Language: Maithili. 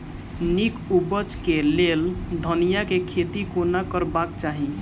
नीक उपज केँ लेल धनिया केँ खेती कोना करबाक चाहि?